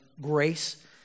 grace